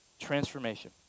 transformation